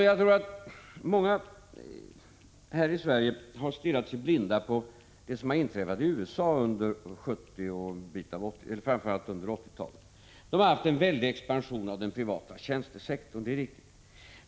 Jag tror att många här i Sverige har stirrat sig blinda på det som har inträffat i USA under 1970 och framför allt 1980-talen. Man har där haft en väldig expansion av den privata tjänstesektorn — det är riktigt.